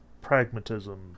pragmatism